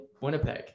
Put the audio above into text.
winnipeg